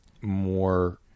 more